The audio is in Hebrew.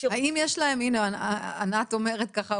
הנה ענת אומרת ככה,